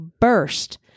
burst